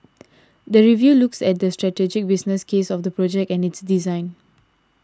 the review looks at the strategic business case of the project and its design